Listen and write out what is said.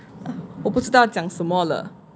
我不知道要讲什么了